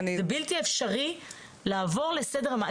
זה בלתי אפשרי לעבור לסדר היום.